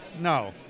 No